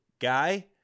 guy